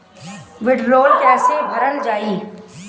वीडरौल कैसे भरल जाइ?